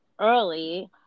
early